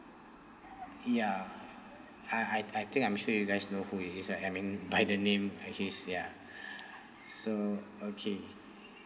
ya I I I think I'm sure you guys know who he is right I mean by the name uh his ya so okay